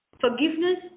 Forgiveness